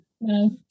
No